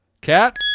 Cat